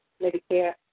Medicare